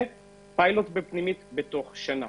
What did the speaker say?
ופיילוט בפנימית בתוך שנה.